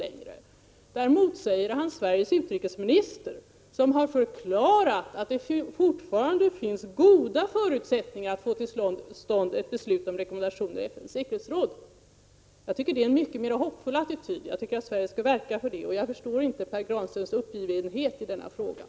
Där motsäger han Sveriges utrikesminister, som har förklarat att det fortfarande finns goda förutsättningar att få Åtill stånd ett beslut om rekommendationer i FN:s säkerhetsråd. Jag tycker detta är en mycket mer hoppfull attityd, jag tycker att Sverige skall verka för detta och jag förstår inte Pär Granstedts uppgivenhet i den frågan.